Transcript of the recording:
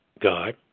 God